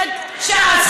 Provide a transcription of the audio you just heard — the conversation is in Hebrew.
לא, אני לא סומכת.